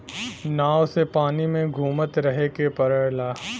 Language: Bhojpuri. नाव से पानी में घुमत रहे के पड़ला